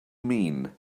mean